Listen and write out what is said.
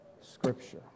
Scripture